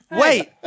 Wait